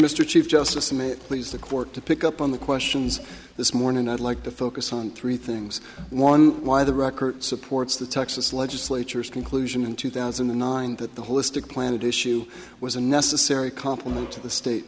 mr chief justice may it please the court to pick up on the questions this morning i'd like to focus on three things one why the record supports the texas legislature is conclusion in two thousand and nine that the holistic planted issue was a necessary complement to the state